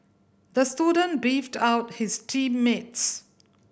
the student beefed out his team mates